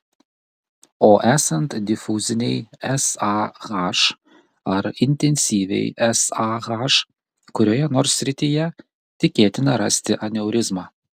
o esant difuzinei sah ar intensyviai sah kurioje nors srityje tikėtina rasti aneurizmą